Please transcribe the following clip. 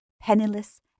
penniless